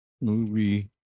movie